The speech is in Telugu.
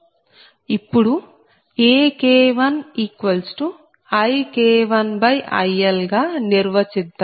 ఇప్పుడు AK1IK1IL నిర్వచిద్దాం